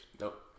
Nope